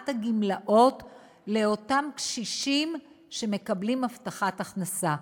הגמלאות לאותם קשישים שמקבלים הבטחת הכנסה.